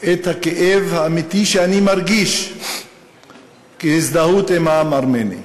את הכאב האמיתי שאני מרגיש כהזדהות עם העם הארמני,